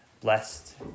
blessed